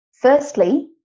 firstly